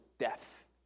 death